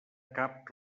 cap